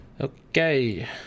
Okay